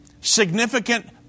Significant